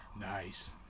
Nice